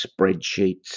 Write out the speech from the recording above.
spreadsheets